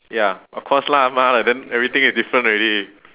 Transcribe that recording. ya of course lah 妈的 then everything is different already